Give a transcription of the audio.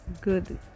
good